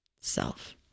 self